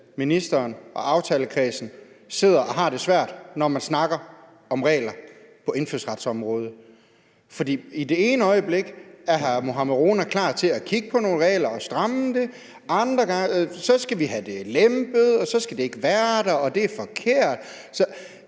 ministeren og aftalekredsen sidder og har det svært, når man snakker om regler på indfødsretsområdet. For det ene øjeblik er hr. Mohammad Rona klar til at kigge på nogle regler og stramme dem, så skal vi have dem lempet, og så skal de ikke være der, og så er det forkert.